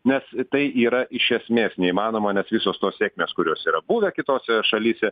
nes tai yra iš esmės neįmanoma nes visos tos sėkmės kurios yra buvę kitose šalyse